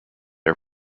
are